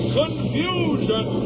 confusion